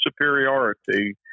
superiority